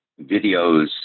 videos